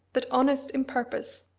but honest in purpose,